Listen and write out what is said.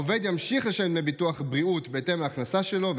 העובד ימשיך לשלם דמי ביטוח בריאות בהתאם להכנסה שלו,